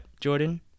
jordan